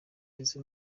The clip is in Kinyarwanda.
ndetse